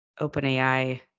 OpenAI